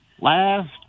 last